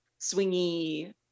swingy